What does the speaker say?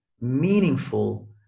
meaningful